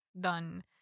done